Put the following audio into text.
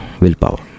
willpower